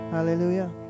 Hallelujah